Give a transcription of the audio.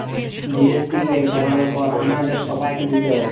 GST ইক ধরলের কর আমাদের ছবাইকে দিইতে হ্যয়